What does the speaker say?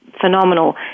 phenomenal